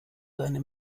seine